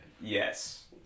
yes